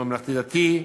ממלכתי-דתי,